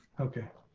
okay.